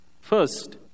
first